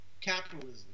capitalism